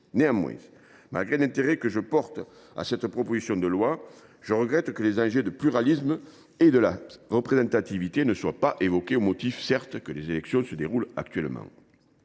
Néanmoins, malgré l’intérêt que je porte à cette proposition de loi, je regrette que les enjeux de pluralisme et de représentativité n’y soient pas évoqués, au motif, certes, que les élections se déroulent actuellement.